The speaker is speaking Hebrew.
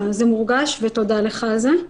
זה מורגש, ותודה לך על זה.